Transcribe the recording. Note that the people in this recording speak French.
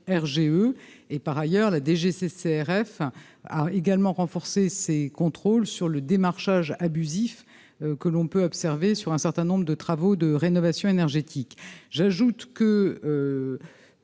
RGE et par ailleurs, la DGCCRF a également renforcé ses contrôles sur le démarchage abusif que l'on peut observer sur un certain nombre de travaux de rénovation énergétique, j'ajoute que